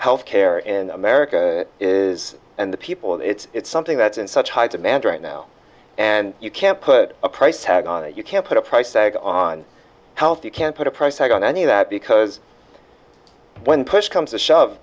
health care in america is and the people it's something that's in such high demand right now and you can't put a price tag on it you can't put a price tag on health you can't put a price tag on any of that because when push comes to shove